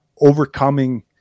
overcoming